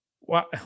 Wow